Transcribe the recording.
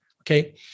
Okay